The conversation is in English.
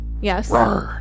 Yes